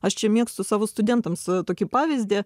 aš čia mėgstu savo studentams tokį pavyzdį